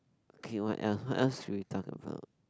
okay what else what else should we talk about